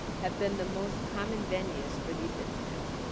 have been the most common venues for these incidents.